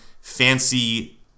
fancy